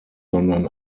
sondern